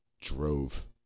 drove